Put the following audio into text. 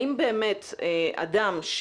האם באמת אדם,